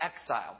exile